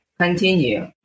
continue